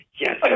Yes